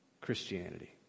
Christianity